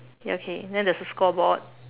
okay then there's a scoreboard